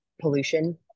pollution